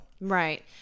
Right